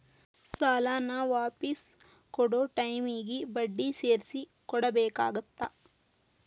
ಸಾಲಾನ ವಾಪಿಸ್ ಕೊಡೊ ಟೈಮಿಗಿ ಬಡ್ಡಿ ಸೇರ್ಸಿ ಕೊಡಬೇಕಾಗತ್ತಾ